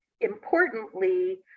importantly